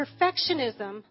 perfectionism